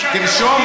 תרשום,